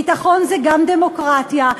ביטחון זה גם דמוקרטיה,